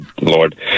Lord